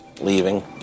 leaving